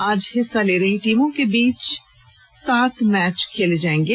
आज हिस्सा ले रही टीमों के बीच कुल सात मैच खेले जायेंगे